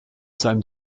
seinem